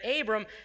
Abram